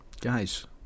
Guys